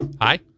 Hi